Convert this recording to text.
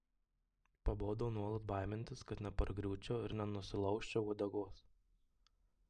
pabodo nuolat baimintis kad nepargriūčiau ir nenusilaužčiau uodegos